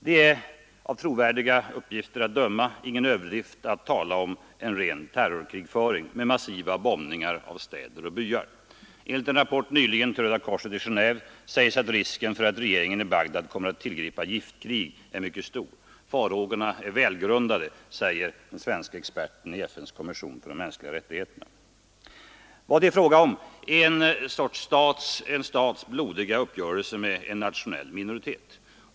Det är av trovärdiga uppgifter att döma ingen överdrift att tala om ren terrorkrigföring med massiva bombningar av städer och byar. I en rapport nyligen till Röda korset i Genéve talas om risken för att regeringen i Bagdad kommer att tillgripa giftkrig. Farhågorna är välgrundade, säger den svenske experten i FN:s kommission för de mänskliga rättigheterna. Vad det är fråga om är en stats blodiga uppgörelse med en nationell minoritet.